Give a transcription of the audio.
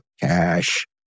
Cash